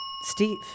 Steve